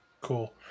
Cool